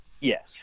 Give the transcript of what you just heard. Yes